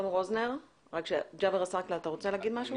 חבר הכנסת ג'באר עסאקלה, בבקשה.